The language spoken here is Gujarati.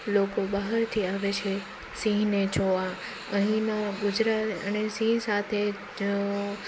લોકો બહારથી આવે છે સિંહને જોવા અહીંના ગુજરાત અને સિંહ સાથે તો